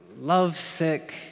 lovesick